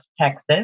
Texas